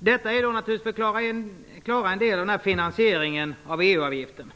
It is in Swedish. Detta är för att klara en del av finansieringen av EU-avgiften.